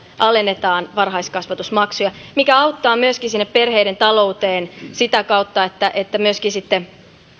alennetaan varhaiskasvatusmaksuja mikä auttaa sinne perheiden talouteen ja sitä kautta myöskin sitten